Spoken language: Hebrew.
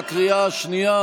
בקריאה השנייה.